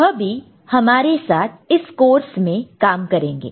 वह भी हमारे साथ इस कोर्स में काम करेंगे